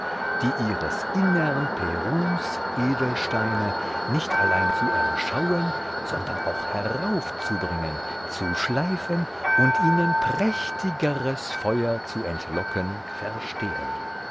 die ihres innern perus edelsteine nicht allein zu erschauen sondern auch heraufzubringen zu schleifen und ihnen prächtigeres feuer zu entlocken verstehen